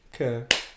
okay